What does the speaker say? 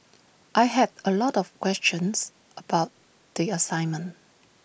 I had A lot of questions about the assignment